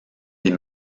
des